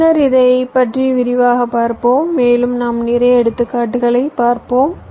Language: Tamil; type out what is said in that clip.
பின்னர் இதைப் பற்றி விரிவாகப் பார்ப்போம் மேலும் நாம் நிறைய எடுத்துக்காட்டுகளைச் பார்ப்போம்